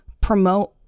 promote